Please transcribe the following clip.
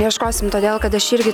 ieškosim todėl kad aš irgi